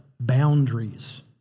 boundaries